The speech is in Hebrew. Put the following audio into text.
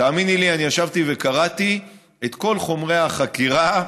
תאמיני לי, אני ישבתי וקראתי את כל חומרי החקירה.